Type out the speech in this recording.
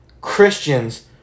Christians